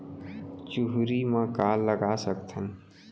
चुहरी म का लगा सकथन?